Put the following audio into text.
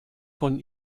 von